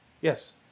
Yes